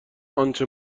آنچه